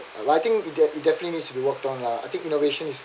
and I think it definitely needs to be worked on lah I think innovation is